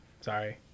Sorry